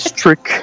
trick